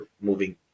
moving